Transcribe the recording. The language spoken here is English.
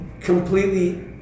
Completely